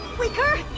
weaker,